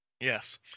Yes